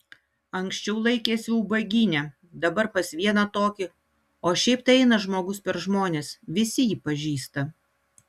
anksčiau laikėsi ubagyne dabar pas vieną tokį o šiaip tai eina žmogus per žmones visi jį pažįsta